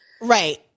Right